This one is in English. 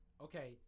Okay